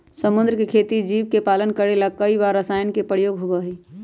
समुद्र के खेती जीव के पालन करे ला कई बार रसायन के प्रयोग होबा हई